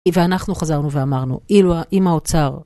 ואנחנו חזרנו ואמרנו, אילו, אם האוצר...